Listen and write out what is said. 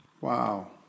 Wow